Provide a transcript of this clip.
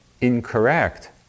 incorrect